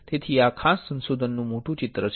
તેથી આ ખાસ સંશોધનનું મોટું ચિત્ર છે